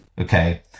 okay